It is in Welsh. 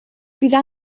byddai